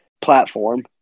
platform